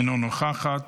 אינה נוכחת.